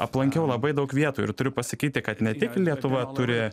aplankiau labai daug vietų ir turiu pasakyti kad ne tik lietuva turi